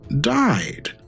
died